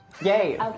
Yay